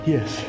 Yes